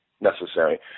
necessary